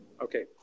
Okay